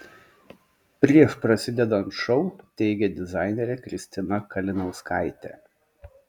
prieš prasidedant šou teigė dizainerė kristina kalinauskaitė